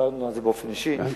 דיברנו על זה באופן אישי,